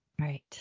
Right